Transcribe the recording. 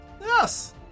Yes